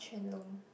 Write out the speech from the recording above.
Quan-Long